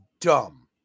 dumb